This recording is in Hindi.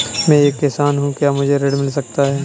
मैं एक किसान हूँ क्या मुझे ऋण मिल सकता है?